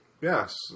Yes